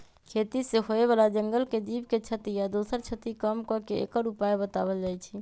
खेती से होय बला जंगल के जीव के क्षति आ दोसर क्षति कम क के एकर उपाय् बतायल जाइ छै